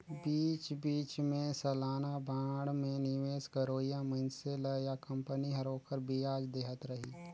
बीच बीच मे सलाना बांड मे निवेस करोइया मइनसे ल या कंपनी हर ओखर बियाज देहत रही